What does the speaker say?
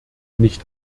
nicht